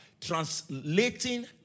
translating